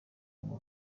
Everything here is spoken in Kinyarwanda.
muri